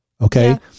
Okay